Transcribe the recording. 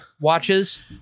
watches